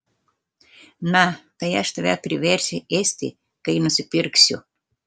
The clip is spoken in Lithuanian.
na tai aš tave priversiu ėsti kai nusipirksiu